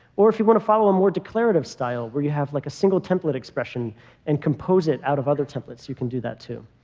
or if you want to follow a more declarative style where you have like a single template expression and compose it out of other templates, you can do that, too.